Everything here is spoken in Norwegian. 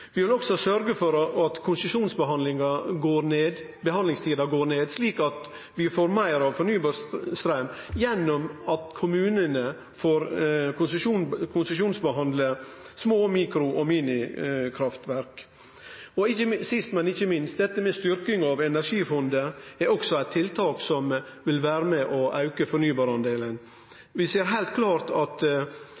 Vi vil også sørgje for at tida til konsesjonsbehandling går ned, slik at vi får meir ny fornybar straum gjennom at kommunane får konsesjonsbehandle småkraft-, mikrokaft- og minikraftverk. Sist, men ikkje minst: Dette med styrking av energifondet er også eit tiltak som vil auke fornybardelen. Vi ser heilt klart at vi har store og gode føresetnader for å kunne få til å auke